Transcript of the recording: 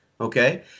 Okay